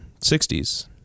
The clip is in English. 60s